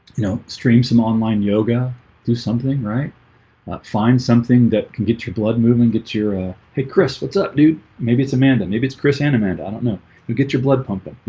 you know stream some online yoga do something right find something that can get your blood movement gets your ah pick. what's up, dude? maybe it's amanda. maybe it's chris and amanda i don't know you get your blood pumping. you